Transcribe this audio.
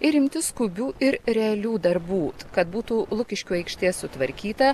ir imtis skubių ir realių darbų kad būtų lukiškių aikštė sutvarkyta